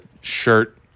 shirt